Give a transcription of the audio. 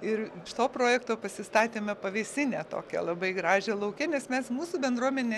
ir iš to projekto pasistatėme pavėsinę tokią labai gražią lauke nes mes mūsų bendruomenė